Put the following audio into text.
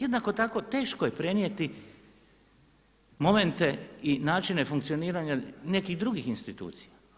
Jednako tako teško je prenijeti momente i načine funkcioniranja nekih drugih institucija.